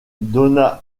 donna